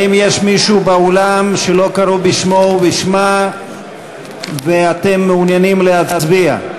האם יש מישהו באולם שלא קראו בשמו או בשמה ואתם מעוניינים להצביע?